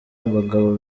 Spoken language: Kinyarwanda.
abagabo